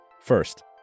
First